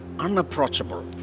unapproachable